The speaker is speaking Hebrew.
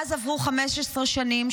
מאז עברו 15 שנים,